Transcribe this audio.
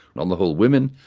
on the whole women,